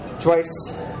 twice